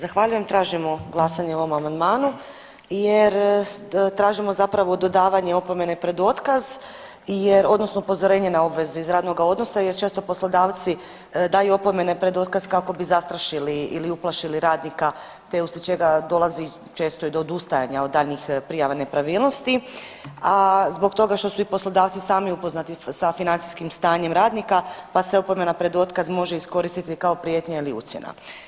Zahvaljujem tražimo glasanje o ovom amandmanu jer tražimo zapravo dodavanje opomene pred otkaz jer odnosno upozorenje na obveze iz radnoga odnosa jer često poslodavci daju opomene pred otkaz kako bi zastrašili ili uplašili radnika te u slučaju da dolazi često i do odustajanja od daljnjih prijava nepravilnosti, a zbog toga što su i poslodavci sami upoznati sa financijskim stanjem radnika pa se opomena pred otkaz može iskoristiti kao prijetnja ili ucjena.